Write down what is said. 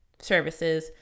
services